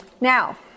Now